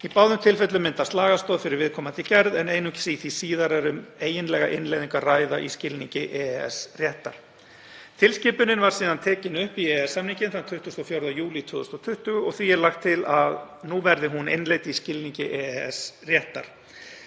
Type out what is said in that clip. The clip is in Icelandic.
Í báðum tilfellum myndast lagastoð fyrir viðkomandi gerð en einungis í því síðara er um eiginlega innleiðingu að ræða í skilningi EES-réttar. Tilskipunin var síðan tekin upp í EES-samninginn þann 24. júlí 2020 og því er lagt til nú að hún verði innleidd í skilningi EES-réttar.